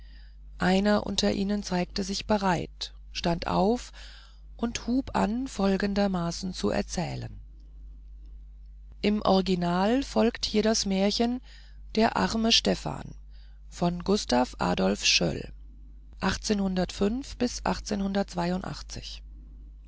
einer unter ihnen zeigte sich bereit stand auf und hub an folgendermaßen zu erzählen es folgt das märchen der arme stephan von gustav adolf schöll